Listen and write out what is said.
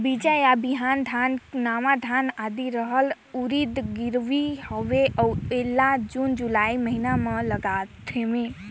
बीजा या बिहान के नवा धान, आदी, रहर, उरीद गिरवी हवे अउ एला जून जुलाई महीना म लगाथेव?